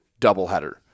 doubleheader